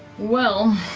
well,